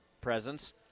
presence